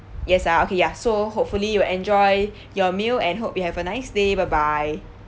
yes ah okay ya so hopefully you will enjoy your meal and hope you have a nice day bye bye